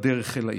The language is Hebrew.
בדרך אל העיר.